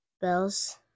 bells